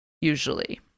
usually